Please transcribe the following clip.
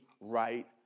right